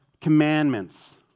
commandments